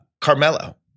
Carmelo